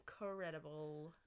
incredible